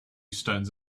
stones